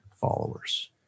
followers